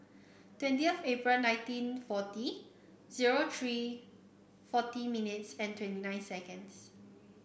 twentieth April nineteen forty zero three forty minutes and twenty nine seconds